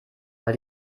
weil